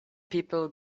people